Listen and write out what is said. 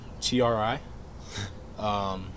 T-R-I